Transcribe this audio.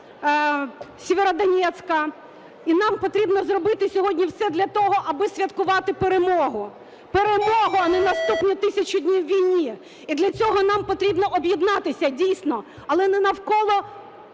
Сєвєродонецька. І нам потрібно зробити сьогодні все для того, аби святкувати перемогу, перемогу, а не наступні 1000 днів війни. І для цього нам потрібно об'єднатися дійсно, але не навколо